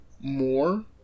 more